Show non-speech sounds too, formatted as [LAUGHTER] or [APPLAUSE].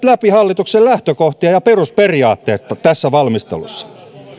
[UNINTELLIGIBLE] läpi hallituksen lähtökohtia ja perusperiaatteita tässä valmistelussa